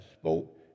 spoke